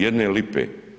Jedne lipe.